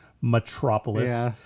metropolis